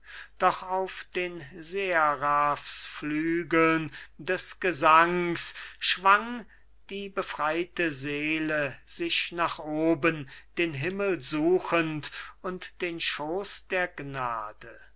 folgend doch auf den seraphsflügeln des gesangs schwang die befreite seele sich nach oben den himmel suchend und den schooß der gnade